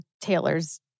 Taylor's